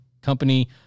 Company